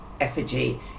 effigy